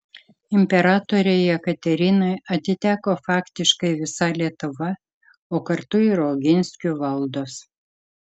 imperatorei jekaterinai atiteko faktiškai visa lietuva o kartu ir oginskių valdos